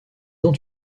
ont